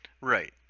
Right